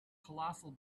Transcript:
colossal